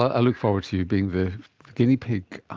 i look forward to you being the guinea pig, ah